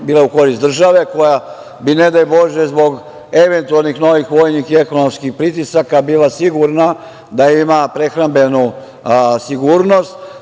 bila u korist države koja, bi ne daj Bože, zbog eventualnih novih vojnih i ekonomskih pritisaka bila sigurna da ima prehrambenu sigurnost.